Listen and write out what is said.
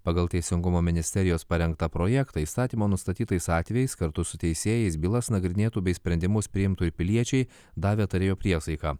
pagal teisingumo ministerijos parengtą projektą įstatymo nustatytais atvejais kartu su teisėjais bylas nagrinėtų bei sprendimus priimtų ir piliečiai davę tarėjo priesaiką